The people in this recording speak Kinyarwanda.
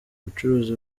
abacuruzi